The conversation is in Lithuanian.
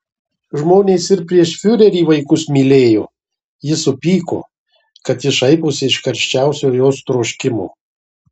žmonės ir prieš fiurerį vaikus mylėjo ji supyko kad jis šaiposi iš karščiausio jos troškimo